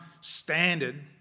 standard